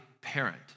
parent